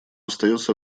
остается